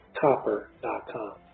copper.com